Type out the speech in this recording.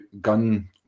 gun